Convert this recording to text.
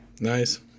Nice